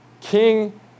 king